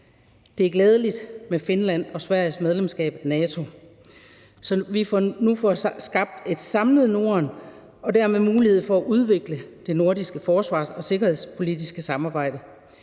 Det er glædeligt med Finlands og Sveriges medlemskab af NATO, så vi nu får skabt et samlet Norden og dermed får mulighed for at udvikle det nordiske forsvars- og sikkerhedspolitiske samarbejde,